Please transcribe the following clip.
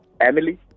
Emily